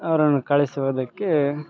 ಅವರನ್ನ ಕಳ್ಸೋದಕ್ಕೆ